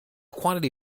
quantity